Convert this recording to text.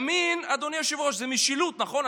ימין, אדוני היושב-ראש, זה משילות, נכון?